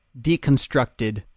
deconstructed